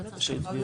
לא צריך.